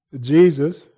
Jesus